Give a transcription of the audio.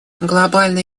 глобальный